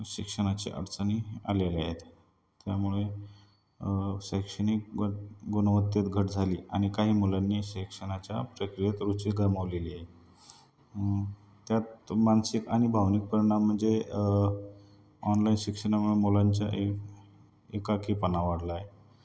शिक्षणाची अडचणी आलेल्या आहेत त्यामुळे शैक्षणिक गुणवत्तेत घट झाली आणि काही मुलांनी शिक्षणाच्या प्रक्रियेत रुचि गमावलेली आहे त्यात मानसिक आणि भावनिक परिणाम म्हणजे ऑनलाईन शिक्षणामुळे मुलांच्या एक एकाकीपणा वाढला आहे